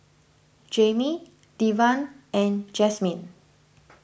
Jaimee Devan and Jasmine